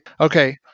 Okay